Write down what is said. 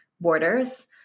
borders